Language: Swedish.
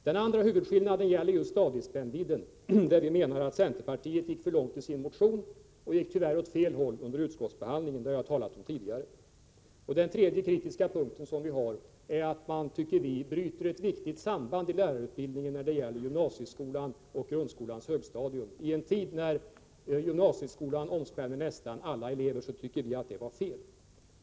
Den andra huvudskillnaden gäller stadiespännvidden, där vi menar att centerpartiet gick för långt i sin motion och tyvärr gick åt fel håll under utskottsbehandlingen, som jag tidigare har talat om. Den tredje skillnaden är att vi är kritiska mot att centerpartiet bryter ett viktigt samband i lärarutbildningen när det gäller gymnasieskolan och grundskolans högstadium. I en tid när gymnasieskolan omspänner nästan alla elever anser vi att detta är fel.